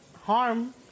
harm